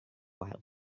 wild